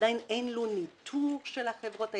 עדין אין לו ניטור של החברות האלה,